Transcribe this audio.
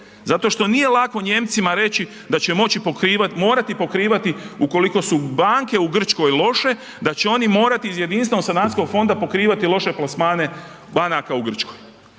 Zato što nije lako Nijemcima reći da će moći pokrivati, morati pokrivati ukoliko su banke u Grčkoj loše, da će oni morati iz Jedinstvenog sanacijskog fonda pokrivati loše plasmane banaka u Grčkoj.